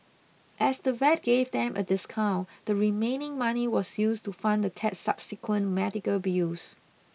as the vet gave them a discount the remaining money was used to fund the cat's subsequent medical bills